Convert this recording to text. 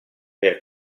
per